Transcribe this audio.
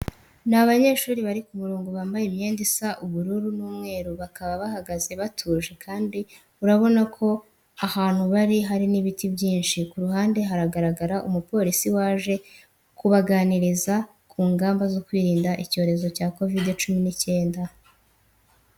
Ni abanyeshuri bari ku murongo bambaye imyenda isa ubururu n'umweru. Bakaba bahagaze batuje kandi urabona ko ahantu bari hari n'ibiti byinshi. Ku ruhande haragaragara umupolisi waje ku baganiriza ku ngamba zo kwirinda icyorezo cya Kovide cumi n'icyenda.